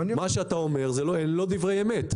מה שאתה אומר אלה לא דברי אמת.